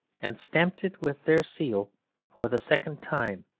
and stamped it with their seal for the second time,